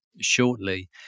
shortly